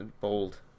bold